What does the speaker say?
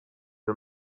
her